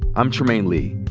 i'm trymaine lee.